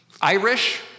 Irish